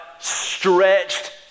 stretched